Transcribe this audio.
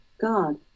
God